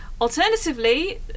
Alternatively